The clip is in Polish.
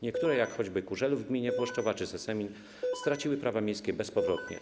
Niektóre, jak choćby Kurzelów w gminie Włoszczowa czy Secemin, straciły prawa miejskie bezpowrotnie.